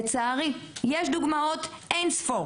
לצערי יש אין-ספור דוגמאות לכך.